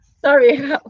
Sorry